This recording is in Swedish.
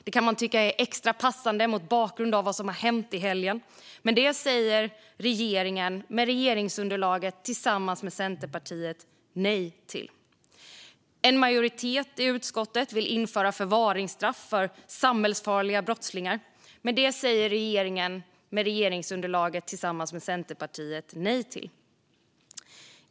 Det kan man tycka är extra passande mot bakgrund av vad som har hänt i helgen, men det säger regeringen med regeringsunderlaget tillsammans med Centerpartiet nej till. En majoritet i utskottet vill införa förvaringsstraff för samhällsfarliga brottslingar, men det säger regeringen med regeringsunderlaget tillsammans med Centerpartiet nej till.